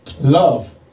Love